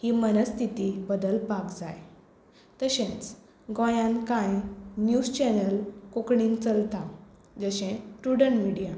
ही मनस्थिती बदलपाक जाय तशेंच गोंयांत कांय न्युज चॅनल्स कोंकणीन चलतात जशें प्रुडँट मिडिया